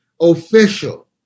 official